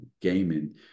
gaming